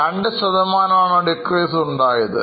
2 ശതമാനമാണ് decrease ഉണ്ടായത്